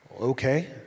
Okay